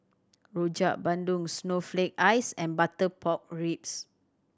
Rojak Bandung snowflake ice and butter pork ribs